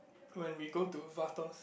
when we go to Vatos